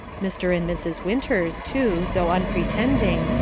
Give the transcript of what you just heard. mr. and mrs. winters too, though unpretending,